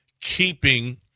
keeping